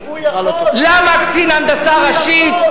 למה קצין הנדסה ראשי,